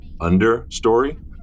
Understory